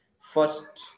first